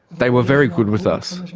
they were very good with us.